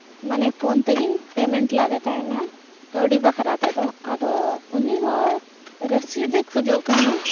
ᱢᱟᱱᱮ ᱯᱷᱳᱱ ᱛᱮᱜᱮᱧ ᱯᱮᱢᱮᱱᱴ ᱟᱫᱮ ᱛᱟᱦᱮᱱᱟ ᱠᱟᱹᱣᱰᱤ ᱵᱟᱠᱷᱨᱟ ᱛᱮᱫᱚ ᱟᱫᱚ ᱩᱱᱤ ᱦᱚᱲ ᱨᱚᱥᱤᱫᱮ ᱠᱷᱚᱡᱚᱜ ᱠᱟᱱᱟ